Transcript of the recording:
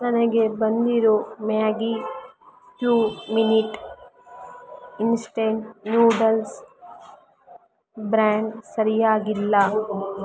ನನಗೆ ಬಂದಿರೊ Maggi two minute instant noodles brand ಸರಿಯಾಗಿಲ್ಲ